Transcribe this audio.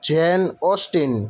jane austin